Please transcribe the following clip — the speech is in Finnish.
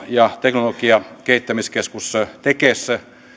ja innovaatioiden kehittämiskeskus tekes